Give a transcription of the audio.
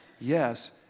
yes